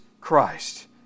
Christ